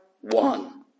one